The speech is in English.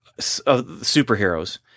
superheroes